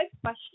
question